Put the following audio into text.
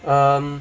um